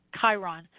Chiron